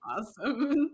awesome